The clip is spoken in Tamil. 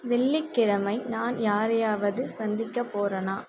வெள்ளிக்கிழமை நான் யாரையாவது சந்திக்கப் போகிறனா